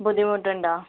ബുദ്ധിമുട്ടുണ്ടോ